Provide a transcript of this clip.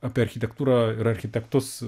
apie architektūrą ir architektus